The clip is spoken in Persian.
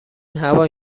همان